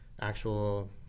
actual